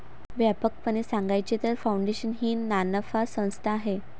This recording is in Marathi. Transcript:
व्यापकपणे सांगायचे तर, फाउंडेशन ही नानफा संस्था आहे